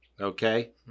okay